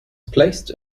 placed